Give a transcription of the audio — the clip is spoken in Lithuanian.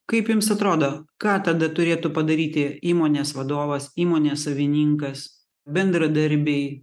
kaip jums atrodo ką tada turėtų padaryti įmonės vadovas įmonės savininkas bendradarbiai